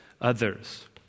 others